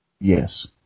Yes